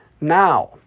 Now